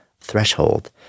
threshold